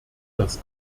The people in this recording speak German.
das